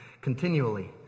continually